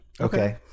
Okay